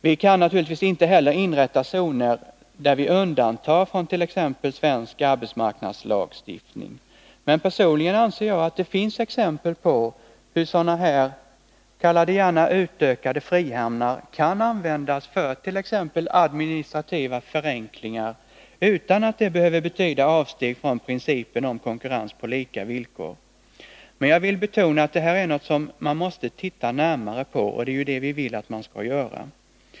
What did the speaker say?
Vi kan naturligtvis inte heller inrätta zoner som vi undantar från t.ex. svensk arbetsmarknadslagstiftning. Men personligen tycker jag att det finns exempel på hur sådana här kalla det gärna utökade frihamnar kan användas för t.ex. administrativa förenklingar, utan att det behöver betyda avsteg från principen om konkurrens på lika villkor. Men jag vill betona att detta är något som man måste titta närmare på, och det är det vi vill att man skall göra.